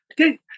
Okay